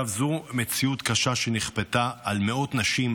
זאת מציאות קשה שנכפתה על מאות נשים